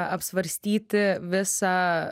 apsvarstyti visą